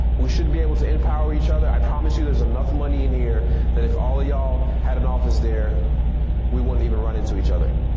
we should be able to empower each other, i promise you there's enough money in here that if all you had an office there we wouldn't even run into each other.